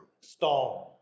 Storm